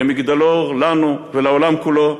למגדלור לנו ולעולם כולו,